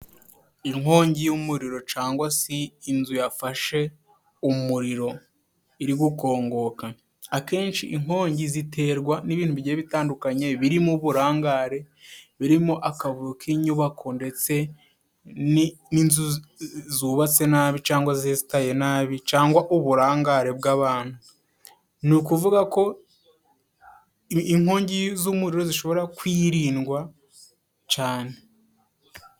Inkonjyi y'umuriro cangwa si inzu yafashe umuriro iri gukongoka akenshi inkonjyi ziterwa n'ibintu bijyiye bitandukanye birimo: uburangare, birimo akavuyo k'inyubako ndetse n'inzu zubatse nabi cangwa zesitaye nabi cangwa uburangare bw'abantu ni ukuvuga ko inkonjyi z'umuriro zishobora kwirindwa cane.